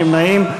אין נמנעים.